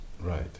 Right